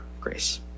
grace